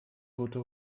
tote